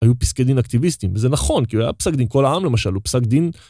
היו פסקי דין אקטיביסטים וזה נכון כי הוא היה פסק דין כל העם למשל הוא פסק דין.